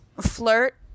Flirt